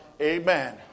Amen